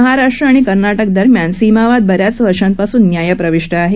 महाराष्ट्र आणि कर्नाटक दरम्यान सीमावाद ब याच वर्षांपासून न्यायप्रविष्ट आहे